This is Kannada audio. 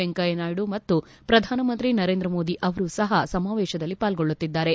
ವೆಂಕಯ್ಯನಾಯ್ಡು ಮತ್ತು ಪ್ರಧಾನಮಂತ್ರಿ ನರೇಂದ್ರ ಮೋದಿ ಅವರೂ ಸಹ ಸಮಾವೇಶದಲ್ಲಿ ಪಾಲ್ಗೊಳ್ಳುತ್ತಿದ್ದಾರೆ